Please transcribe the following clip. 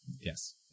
yes